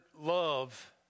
love